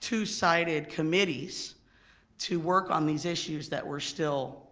two sided committees to work on these issues that were still